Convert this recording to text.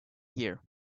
here